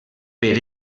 per